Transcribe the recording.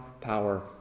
power